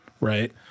right